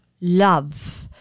love